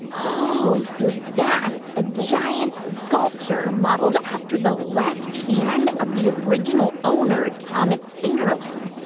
oh, so that's a giant sculpture modeled after the left hand of the original owner, thomas fingerling.